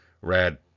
red